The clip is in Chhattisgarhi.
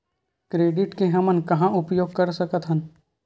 क्रेडिट के हमन कहां कहा उपयोग कर सकत हन?